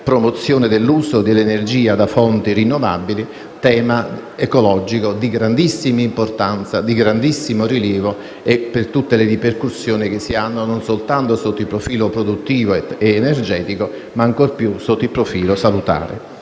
promozione dell'uso dell'energia da fonti rinnovabili, tema ecologico di grandissima importanza e rilievo per tutte le ripercussioni che si hanno, non soltanto sotto il profilo produttivo ed energetico, ma ancor più sotto il profilo della